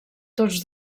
tots